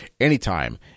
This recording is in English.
anytime